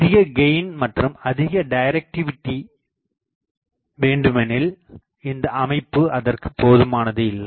அதிகக்கெயின் மற்றும் அதிக டைரக்டிவிடி வேண்டுமெனில் இந்த அமைப்பு அதற்கு போதுமானது இல்லை